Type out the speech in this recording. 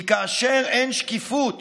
כי כאשר אין שקיפות